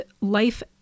life